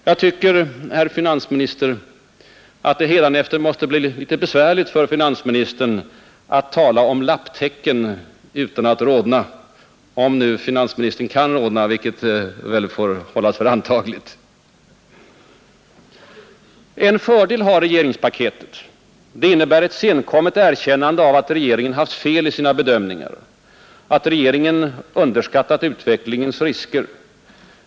Jag tycker, herr finansminister, att det hädanefter måste bli litet besvärligt för finansministern att tala om lapptäcken utan att rodna — om nu finansministern kan rodna, vilket väl får hållas för antagligt. En fördel har regeringspaketet. Det innebär ett senkommet erkännande av att regeringen haft fel i sina bedömningar, att regeringen underskattat utvecklingens risker.